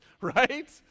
Right